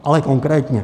Ale konkrétně.